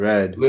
Red